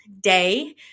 day